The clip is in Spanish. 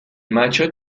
macho